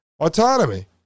autonomy